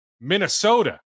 Minnesota